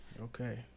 Okay